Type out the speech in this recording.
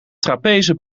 trapeze